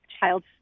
child